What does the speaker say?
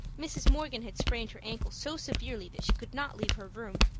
mrs. morgan had sprained her ankle so severely that she could not leave her room.